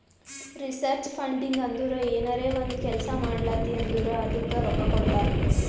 research funding ಅಂದುರ್ ಏನರೇ ಒಂದ್ ಕೆಲ್ಸಾ ಮಾಡ್ಲಾತಿ ಅಂದುರ್ ಅದ್ದುಕ ರೊಕ್ಕಾ ಕೊಡ್ತಾರ್